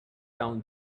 down